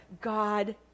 god